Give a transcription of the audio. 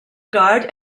guard